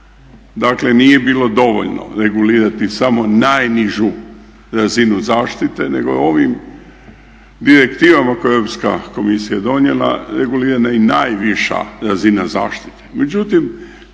Dakle nije bilo dovoljno regulirati samo najnižu razinu zaštite nego je ovim direktivama koje je Europska komisija donijela regulirana i najviša razina zaštite.